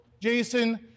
Jason